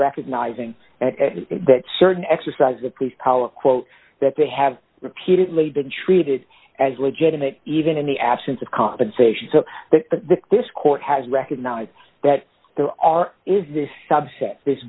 recognizing that certain exercise the police power quote that they have repeatedly been treated as legitimate even in the absence of compensation so this court has recognized that there are is this